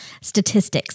statistics